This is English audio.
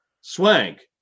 Swank